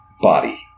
body